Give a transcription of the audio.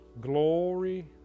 Glory